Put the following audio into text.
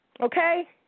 Okay